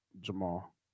Jamal